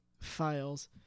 files